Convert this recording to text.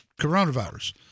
coronavirus